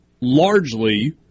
largely